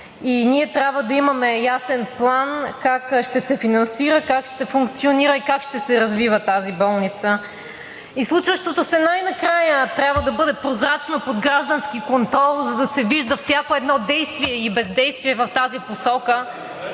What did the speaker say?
и ние трябва да имаме ясен план как ще се финансира, как ще функционира и как ще се развива тази болница. И случващото се най-накрая трябва да бъде прозрачно, под граждански контрол, за да се вижда всяко едно действие и бездействие в тази посока,